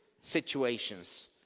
situations